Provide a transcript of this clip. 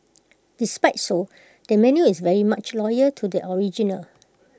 despite so the menu is very much loyal to the original